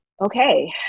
okay